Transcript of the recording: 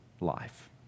life